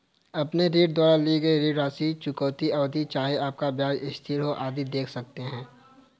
अपने द्वारा ली गई ऋण राशि, चुकौती अवधि, चाहे आपका ब्याज स्थिर हो, आदि देख सकते हैं